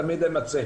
תמיד אמצא.